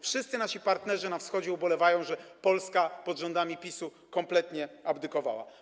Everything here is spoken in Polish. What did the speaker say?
Wszyscy nasi partnerzy na Wschodzie ubolewają, że Polska pod rządami PiS-u kompletnie abdykowała.